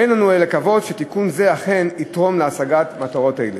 אין לנו אלא לקוות שתיקון זה אכן יתרום להשגת מטרות אלה.